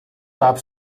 gab